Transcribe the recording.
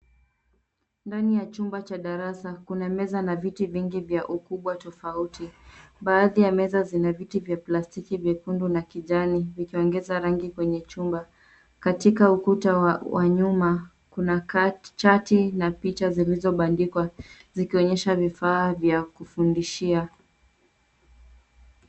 Ndani ya chumba cha darasa kuna meza na viti vingi vya ukubwa tofauti. Baadhi ya meza zina viti vya plastiki vyekundu na kijani vikiongeza rangi kwenye chumba. Katika ukuta wa nyuma kuna chati na picha zilizobandkwa zikionyesha vifaa vya kufundishia.